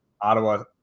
Ottawa